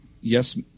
yes